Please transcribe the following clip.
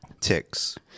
ticks